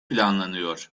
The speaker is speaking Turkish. planlanıyor